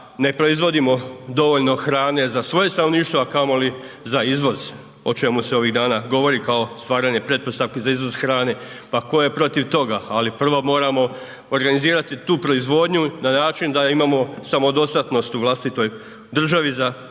ne proizvodimo dovoljno hrane za svoje stanovništvo a kamoli za izvoz o čemu se ovih dana govori kao stvaranje pretpostavki za izvoz hrane. Pa tko je protiv toga. Ali prvo moramo organizirati tu proizvodnju na način da imamo samodostatnost u vlastitoj državi za hranom